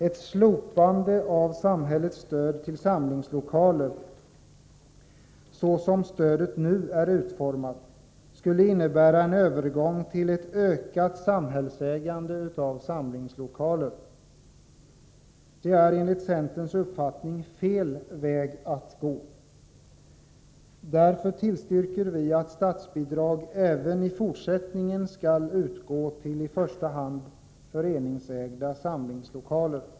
Ett slopande av samhällets stöd till samlingslokaler — så som förslaget är utformat — skulle innebära en övergång till ett ökat samhällsägande av samlingslokaler. Det är enligt centerns uppfattning fel väg att gå. Därför tillstyrker vi att statsbidrag även i fortsättningen skall utgå till i första hand föreningsägda samlingslokaler.